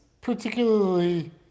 particularly